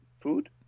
food